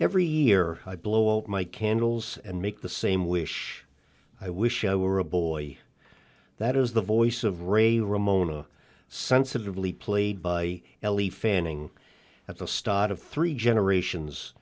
every year i blow my candles and make the same wish i wish i were a boy that is the voice of ray ramona sensitively played by ellie fanning at the start of three generations